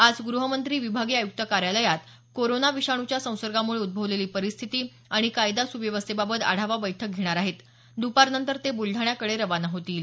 आज ग्रहमंत्री विभागीय आयुक्त कार्यालयात कोरोना विषाणूच्या संसर्गामुळे उद्भवलेली परिस्थिती आणि कायदा सुव्यवस्थेबाबत आढावा बैठक घेणार आहेत दुपारनंतर ते बुलडाण्याकडे रवाना होतील